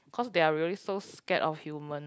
cause they are really so scared of human